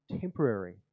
temporary